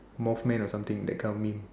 moth man or something that kind of meme